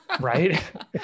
right